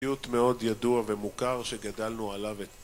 איזושהי תהיות מאוד ידוע ומוכר שגדלנו עליו את פעם.